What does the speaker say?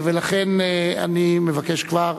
ולכן, אני מבקש כבר